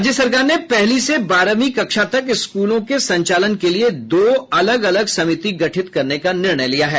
राज्य सरकार ने पहली से बारहवीं कक्षा तक स्कूलों के संचालन के लिए दो अलग अलग समिति गढित करने का निर्णय लिया है